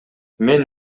мен